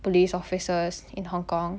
police officers in Hong-Kong